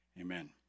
amen